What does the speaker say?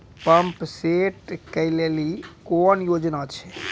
Pump set केलेली कोनो योजना छ?